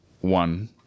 One